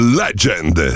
legend